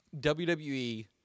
WWE